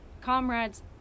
comrades